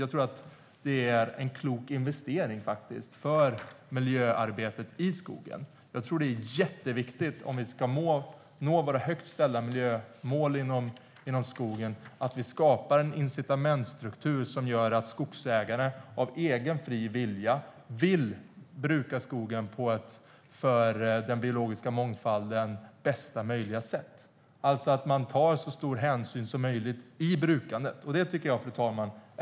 Jag tror att det är en klok investering för miljöarbetet i skogen. Om vi ska nå våra högt ställda miljömål inom skogen är det jätteviktigt att vi skapar en incitamentsstruktur som gör att skogsägare av egen fri vilja brukar skogen på bästa möjliga sätt för den biologiska mångfalden, alltså att man tar så stor hänsyn som möjligt i brukandet. Fru talman!